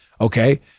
Okay